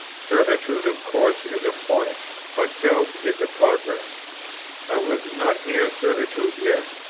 certitude of course is a point, but doubt is a progress i was not near certitude yet.